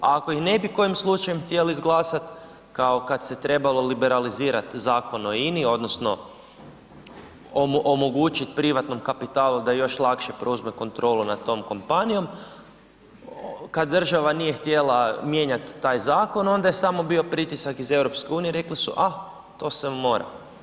A ako ih ne bi kojim slučajem htjeli izglasati kao kad se trebalo liberalizirati Zakon o INA-i odnosno omogućiti privatnom kapitalu da još lakše preuzme kontrolu nad tom kompanijom, kad država nije htjela mijenjati taj zakon, onda je samo bio pritisak iz EU, rekli su, ah, to se mora.